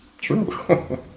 true